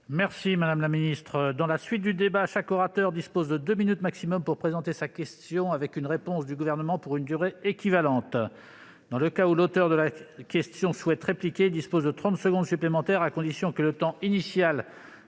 au débat interactif. Je rappelle que chaque orateur dispose de deux minutes au maximum pour présenter sa question, suivie d'une réponse du Gouvernement pour une durée équivalente. Dans le cas où l'auteur de la question souhaite répliquer, il dispose de trente secondes supplémentaires, à la condition que le temps initial